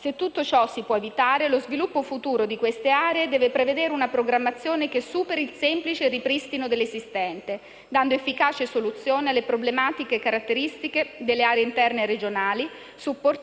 Se tutto ciò si vuole evitare, lo sviluppo futuro di queste aree deve prevedere una programmazione che superi il semplice ripristino dell'esistente, dando efficace soluzione alle problematiche caratteristiche delle aree interne regionali, supportate